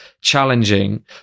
challenging